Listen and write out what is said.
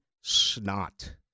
snot